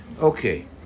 Okay